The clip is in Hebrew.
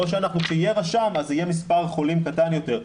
כשיהיה רשם אז יהיה מספר חולים קטן יותר,